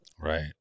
Right